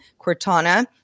Cortana